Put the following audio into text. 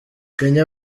kenya